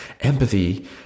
empathy